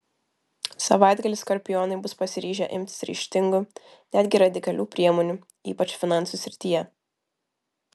savaitgalį skorpionai bus pasiryžę imtis ryžtingų netgi radikalių priemonių ypač finansų srityje